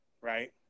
right